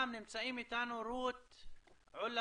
אמור להיות מוצג כחלק מהפתרון על ידי המשרד לשירותים חברתיים ומסיבה